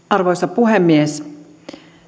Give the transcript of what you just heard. arvoisa puhemies